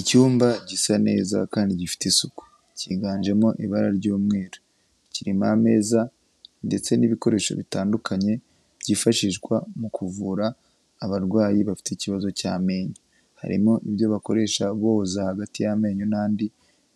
Icyumba gisa neza kandi gifite isuku. Cyiganjemo ibara ry'umweru. Kirimo ameza ndetse n'ibikoresho bitandukanye byifashishwa mu kuvura abarwayi bafite ikibazo cy'amenyo. Harimo ibyo bakoresha boza hagati y'amenyo n'andi